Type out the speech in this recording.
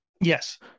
Yes